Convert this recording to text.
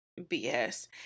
BS